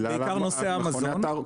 בעיקר בנושא המזון,